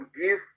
give